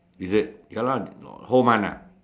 is it can lah whole month ah